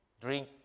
drink